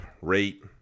rate